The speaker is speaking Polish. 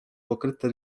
pokryte